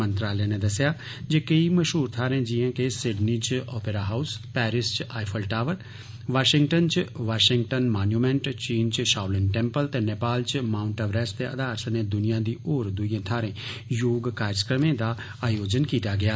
मंत्रालय नै दस्सेआ जे केंई मषहूर थाहरें जियां के सिडनी च ओपेरा हाउस पैरिस च आइफल टावर वाषिंगटन च वाषिंगटन मान्यूमैंट चीन च षाओलिन टैम्पल ते नेपाल च माउंट एवरेस्ट दे आधार सने दुनिया दी होर दुई थाहरे पर योग कार्यक्रमें दा आयोजन कीता गेआ